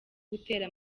gutera